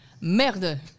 merde